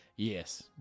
Yes